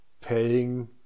paying